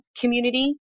community